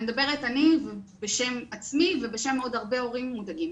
אני מדברת בשם עצמי ובשום עוד הרבה הורים מודאגים.